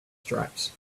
stripes